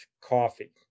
coffee